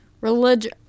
Religion